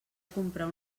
comprar